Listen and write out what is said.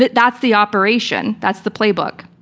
but that's the operation. that's the playbook,